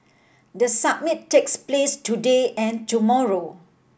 the summit takes place today and tomorrow